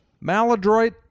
Maladroit